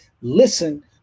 listen